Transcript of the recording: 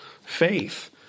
faith